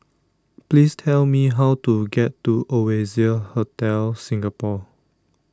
please tell me how to get to Oasia Hotel Singapore